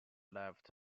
left